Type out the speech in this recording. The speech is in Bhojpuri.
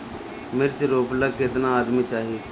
मिर्च रोपेला केतना आदमी चाही?